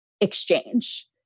exchange